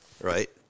right